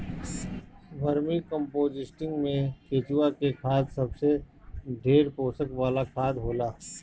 vermi composting में केचुआ के खाद सबसे ढेर पोषण वाला खाद होला